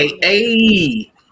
Hey